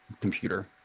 computer